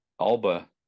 Alba